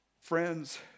friends